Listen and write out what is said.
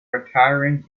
retiring